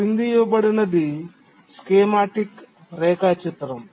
క్రింది ఇవ్వబడినది స్కీమాటిక్ రేఖాచిత్రం